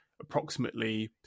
approximately